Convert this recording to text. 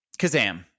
Kazam